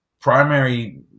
primary